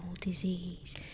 disease